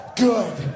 good